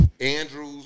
Andrews